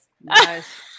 Nice